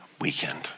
weekend